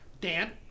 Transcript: Dan